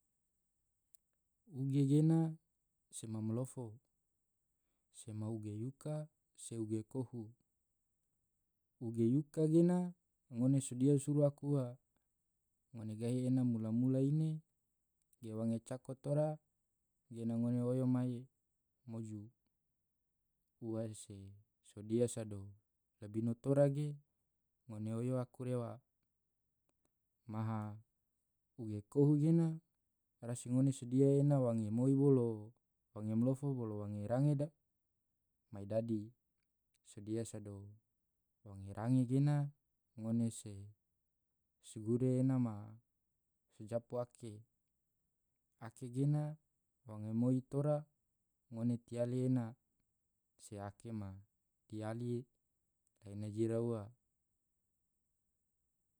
uge gena sema malofo, sema uge yuka se uge kohu, uge yuka gena ngone sodia suru aku ua, ngone gahi ena mula-mula ine ge wange cako tora gena ngone oyo maya moju, ua se sodia sodo labino tora ge ngone oyo aku rewa, maha uge kohu gena rasi ngone sedia ena wange moi bolo wange malofo bolo wange range mai dadi, sodia sodo wange range gena ngone se gure ena ma sojapu ake, ake gena wange moi tora ngone tiyali ena se ake ma diali ena jira ua.